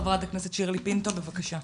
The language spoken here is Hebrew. חברת הכנסת שירלי פינטו בבקשה.